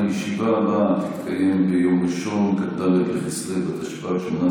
הישיבה הבאה תתקיים ביום ראשון, כ"ד בכסלו התשפ"ג,